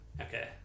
Okay